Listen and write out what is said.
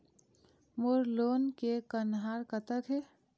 मोर loan के कन्हार कतक हे?